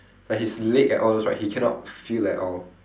like his leg and all those right he cannot feel at all